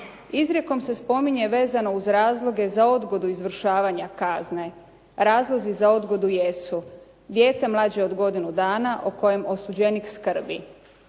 Izrijekom se spominje vezano uz razloge za odgodu izvršavanja kazne. Razlozi za odgoju jesu dijete mlađe od godinu dana o kojem osuđenik skrbi.